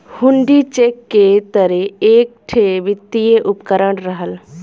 हुण्डी cheque के तरे एक ठे वित्तीय उपकरण रहल